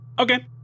Okay